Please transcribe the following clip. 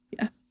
Yes